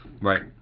right